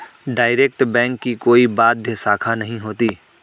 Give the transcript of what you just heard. direct bank की कोई बाह्य शाखा नहीं होती